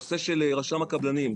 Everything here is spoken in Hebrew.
הנושא של רשם הקבלנים,